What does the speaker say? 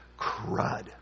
crud